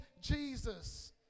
Jesus